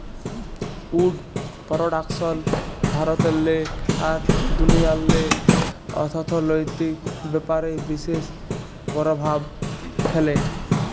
would পরডাকশল ভারতেল্লে আর দুনিয়াল্লে অথ্থলৈতিক ব্যাপারে বিশেষ পরভাব ফ্যালে